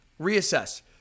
reassess